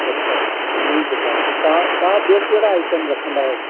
अछा नई दुकान ते तव्हां तव्हां ॿिया कहिड़ा आइटम रखंदा आहियो